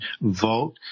vote